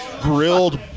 grilled